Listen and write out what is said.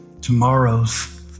tomorrow's